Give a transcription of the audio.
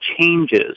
changes